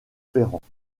ferrand